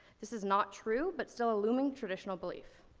this is not true, but still a looming traditional belief.